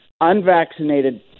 unvaccinated